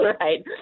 right